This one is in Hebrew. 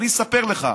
אני אספר לך.